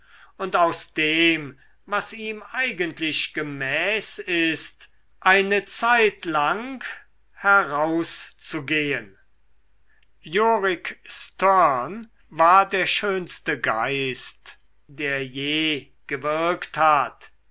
und aus dem was ihm eigentlich gemäß ist eine zeitlang herauszugehen yorik sterne war der schönste geist der je gewirkt hat